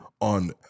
on—